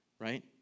right